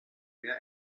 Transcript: mehr